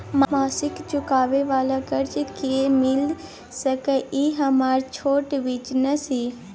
मासिक चुकाबै वाला कर्ज केना मिल सकै इ हमर छोट बिजनेस इ?